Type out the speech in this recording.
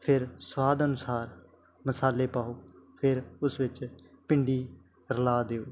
ਫ਼ਿਰ ਸਵਾਦ ਅਨੁਸਾਰ ਮਸਾਲੇ ਪਾਓ ਫਿਰ ਉਸ ਵਿੱਚ ਭਿੰਡੀ ਰਲਾ ਦਿਓ